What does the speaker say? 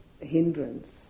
hindrance